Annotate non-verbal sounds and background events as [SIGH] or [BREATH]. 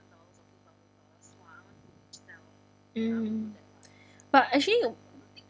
mm [BREATH] but actually